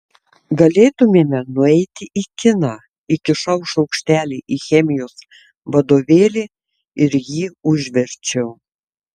galėtumėme nueiti į kiną įkišau šaukštelį į chemijos vadovėlį ir jį užverčiau